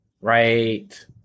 right